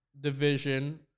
division